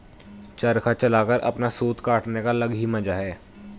चरखा चलाकर अपना सूत काटने का अलग ही मजा है